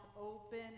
open